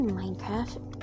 minecraft